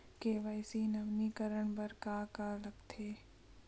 KYC नवीनीकरण बर का का लगथे?